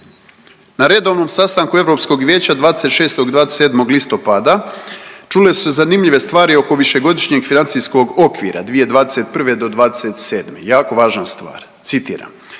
Na redovnom sastanku Europskog vijeća 26. i 27. listopada čule su se zanimljive stvari oko višegodišnjeg financijskog okvira 2021. do '27., jako važna stvar. Citiram,